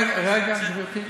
רגע, גברתי.